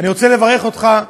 אני רוצה לברך אותך.